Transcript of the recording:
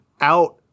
out